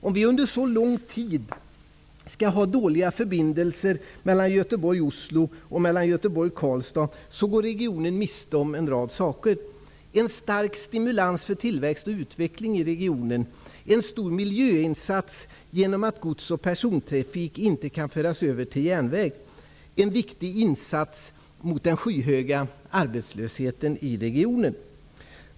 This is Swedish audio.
Om vi under så lång tid skall ha dåliga förbindelser mellan Göteborg och Oslo samt mellan Göteborg och Karlstad går regionen miste om en rad saker: en stor miljöinsats genom att gods och persontrafik inte kan föras över till järnväg samt * en viktig insats mot den skyhöga arbetslösheten i regionen.